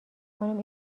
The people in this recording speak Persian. خانم